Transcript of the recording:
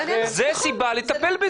זה סיבה לטפל בזה.